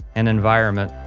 an environment,